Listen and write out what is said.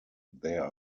there